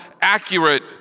accurate